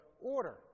order